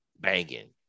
banging